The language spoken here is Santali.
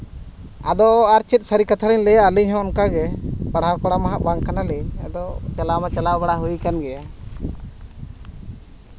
ᱟᱫᱚ ᱟᱨ ᱪᱮᱫ ᱥᱟᱹᱨᱤ ᱠᱟᱛᱷᱟᱞᱤᱧ ᱞᱟᱹᱭᱟ ᱟᱹᱞᱤᱧ ᱦᱚᱸ ᱚᱱᱠᱟᱜᱮ ᱯᱟᱲᱦᱟᱣ ᱠᱚᱲᱟᱢᱟ ᱦᱟᱸᱜ ᱵᱟᱝ ᱠᱟᱱᱟᱞᱤᱧ ᱟᱫᱚ ᱪᱟᱞᱟᱣᱢᱟ ᱪᱟᱞᱟᱣ ᱵᱟᱲᱟ ᱦᱩᱭ ᱠᱟᱱ ᱜᱮᱭᱟ